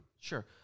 Sure